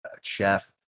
Chef